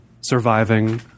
surviving